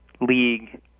league